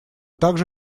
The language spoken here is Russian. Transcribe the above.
также